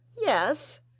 yes